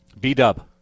B-Dub